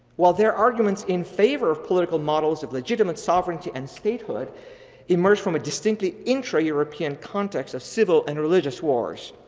while their argument is in favor of political models of legitimate sovereignty and statehood emerge from a distinctly intra-european context of civil and religious wars,